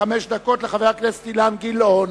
חמש דקות לחבר הכנסת אילן גילאון